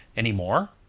any more?